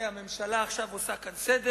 שהממשלה מגיעה לחלוטין